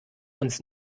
uns